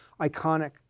iconic